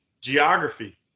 geography